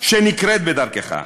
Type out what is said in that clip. שנקרית בדרכך.